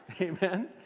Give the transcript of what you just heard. Amen